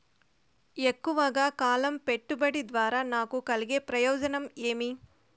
ఎక్కువగా కాలం పెట్టుబడి ద్వారా నాకు కలిగే ప్రయోజనం ఏమి?